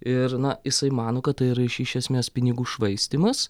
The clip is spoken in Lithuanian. ir na jisai mano kad tai yra iš iš esmės pinigų švaistymas